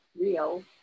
real